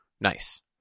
Nice